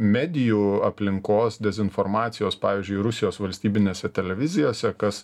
medijų aplinkos dezinformacijos pavyzdžiui rusijos valstybinėse televizijose kas